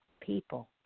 people